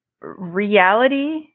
reality